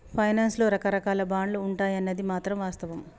finance లో రకరాకాల బాండ్లు ఉంటాయన్నది మాత్రం వాస్తవం